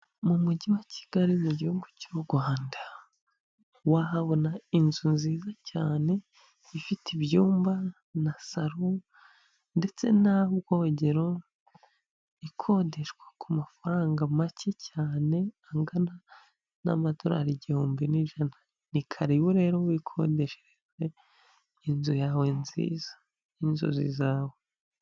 Mu mujyi wa Kigali mu gihugu cy'u Rwanda wahabona inzu nziza cyane ifite ibyumba na saro ndetse n'aho ubwogero, ikodeshwa ku mafaranga make cyane angana n'amadolari igihumbi n'ijana ni karibu rero wikodeshereje inzu yawe nziza n'inzozi zawe.